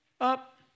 up